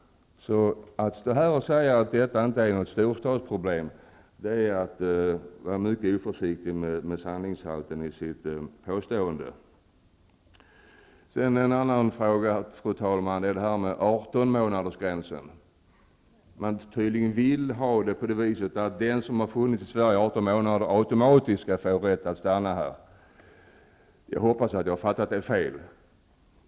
Att stå här och säga att detta inte är något storstadsproblem, det är alltså att vara mycket oförsiktig med sanningshalten i sitt påstående. En annan fråga, fru talman, gäller 18 månadersgränsen. Man vill tydligen ha det så, att den som har vistats i Sverige i 18 månader automatiskt skall få rätt att stanna här. Jag hoppas att jag har fattat det fel.